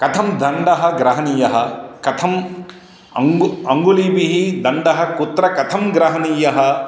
कथं दण्डः ग्रहणीयः कथम् अङ्गु अङ्गुलीभिः दण्डः कुत्र कथं ग्रहणीयः